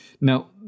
Now